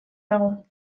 dago